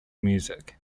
music